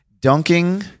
dunking